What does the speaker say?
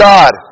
God